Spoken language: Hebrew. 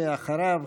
ואחריו,